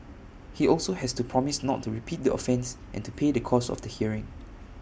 he also has to promise not to repeat the offence and to pay the cost of the hearing